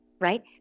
Right